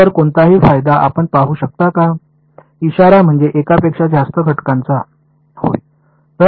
इशारा म्हणजे एकापेक्षा जास्त घटकांचा होय